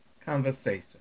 conversation